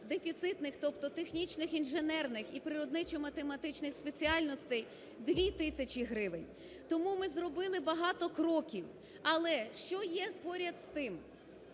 гостродефіцитних, тобто технічних, інженерних і природничо-математичних спеціальностей – 2 тисячі гривень. Тому ми зробили багато кроків. Але, що є поряд з тим.